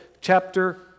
chapter